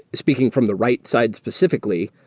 speaking from the write side specifi cally,